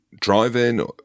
driving